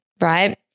right